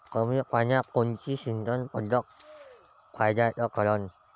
कमी पान्यात कोनची सिंचन पद्धत फायद्याची ठरन?